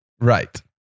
Right